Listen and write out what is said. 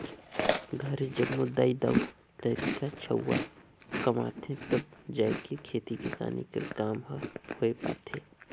घरे जम्मो दाई दाऊ,, लरिका छउवा कमाथें तब जाएके खेती किसानी कर काम हर होए पाथे